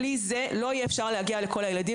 בלי זה לא יהיה ניתן להגיע לכל הילדים